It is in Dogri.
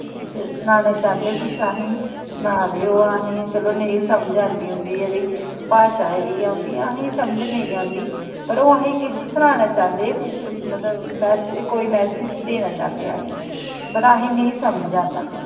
सनाना चांह्दे कुछ असेंगी सना दे ओह् कुछ असेंगी चलो नेईं समझ आंदी जेह्ड़ी भाशा जेह्ड़ी ऐ उं'दी असेंगी समझ नेईं आंदी पर ओह् असेंगी कुछ सनाना चांह्दे मतलब कुछ कोई मैसेज़ देना चांह्दे असेंगी पर असेंगी नेईं समझ आंदा